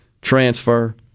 transfer